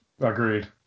Agreed